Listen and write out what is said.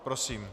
Prosím.